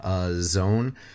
zone